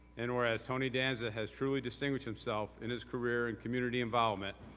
and whereas, tony danza has truly distinguished himself in his career and community involve men,